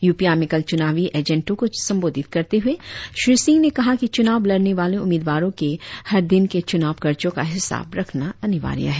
यूपीया में कल चुनावी एजेंटो को संबोधित करते हुए श्री सिंह ने कहा कि चुनाव लड़ने वाले उम्मीदवारों के हर दिन के चुनाव खर्चों का हिसाब रखना अनिवार्य है